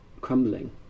crumbling